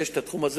התחום הזה